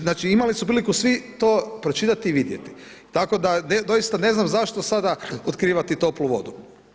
Znači, imali su priliku svi to pročitati i vidjeti tako da doista ne znam zašto sada otkrivati toplu vodu.